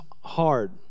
hard